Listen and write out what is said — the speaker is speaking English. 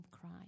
cry